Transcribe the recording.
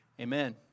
Amen